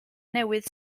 newydd